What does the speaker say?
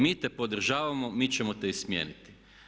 Mi te podržavamo, mi ćemo te i smijeniti.